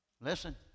Listen